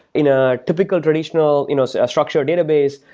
in a typical traditional you know so structured database,